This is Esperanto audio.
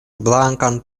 blankan